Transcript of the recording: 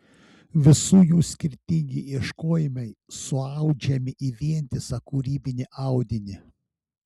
visų jų skirtingi ieškojimai suaudžiami į vientisą kūrybinį audinį